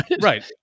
Right